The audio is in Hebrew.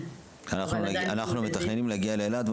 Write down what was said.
אנחנו מתכננים להגיע לאילת,